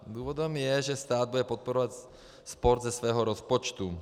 Důvodem je, že stát bude podporovat sport ze svého rozpočtu.